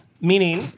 Meaning